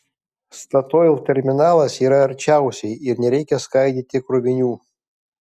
statoil terminalas yra arčiausiai ir nereikia skaidyti krovinių